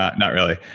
ah not really,